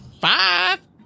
Five